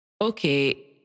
Okay